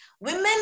Women